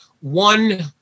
one